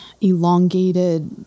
elongated